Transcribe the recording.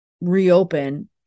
reopen